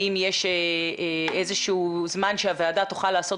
האם יש איזה שהוא זמן שהוועדה תוכל לעשות